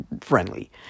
friendly